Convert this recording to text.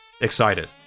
excited